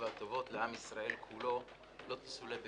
והטובות לעם ישראל כולו לא תסולה בפז.